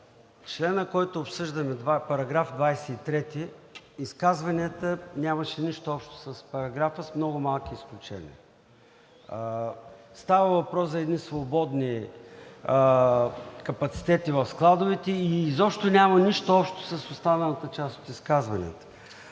§ 23, който обсъждаме, изказванията нямаха нищо общо с параграфа, с много малки изключения. Става въпрос за едни свободни капацитети в складовете и изобщо няма нищо общо с останалата част от изказванията.